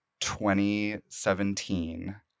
2017